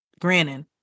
grinning